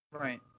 right